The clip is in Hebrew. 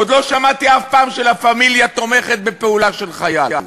עוד לא שמעתי אף פעם ש"לה פמיליה" תומכת בפעולה של חייל.